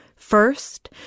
First